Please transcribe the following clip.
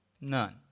None